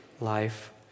life